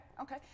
okay